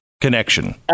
connection